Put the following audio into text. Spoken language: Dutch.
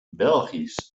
belgisch